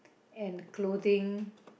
and clothing